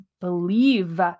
believe